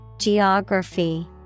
Geography